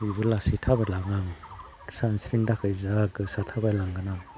बिबो लासै थाबाय लाङो आं सानस्रिनो थाखै जा गोसा थाबायलांगोन आं